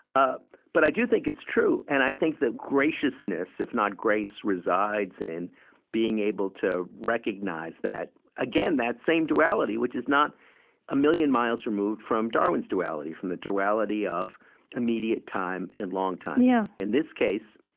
um but i do think it's true. and i think that graciousness, if not grace, resides in being able to recognize that again, that same duality, which is not a million miles removed from darwin's duality, from the duality of immediate time and long time. yeah in this case,